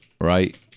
Right